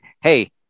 Hey